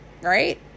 right